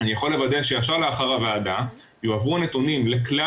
אני יכול לוודא שישר לאחר הוועדה יועברו נתונים לכלל